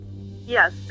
Yes